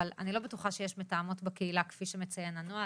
אבל אני לא בטוחה שיש מתאמות בקהילה כפי שמציין הנוהל.